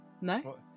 No